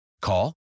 Call